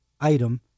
item